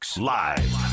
live